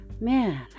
man